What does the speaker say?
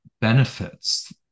benefits